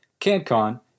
CanCon